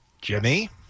Jimmy